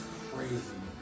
crazy